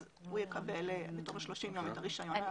הוא יקבל בתום 30 הימים את הרישיון הקבוע.